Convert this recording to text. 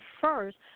first